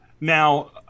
Now